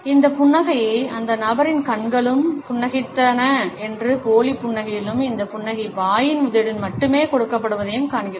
இந்த புன்னகையே அந்த நபரின் கண்களும் புன்னகைத்தன என்றும் போலி புன்னகையிலும் இந்த புன்னகை வாயின் உதவியுடன் மட்டுமே கொடுக்கப்படுவதைக் காண்கிறோம்